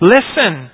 Listen